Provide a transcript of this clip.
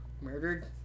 murdered